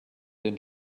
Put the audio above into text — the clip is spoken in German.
den